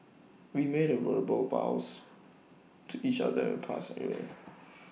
we made A verbal vows to each other in past area